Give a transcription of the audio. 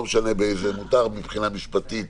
ומותר מבחינה משפטית